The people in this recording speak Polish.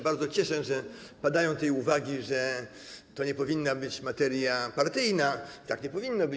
Bardzo się cieszę, że padają tutaj uwagi, że to nie powinna być materia partyjna, że tak nie powinno być.